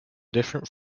different